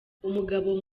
umugabo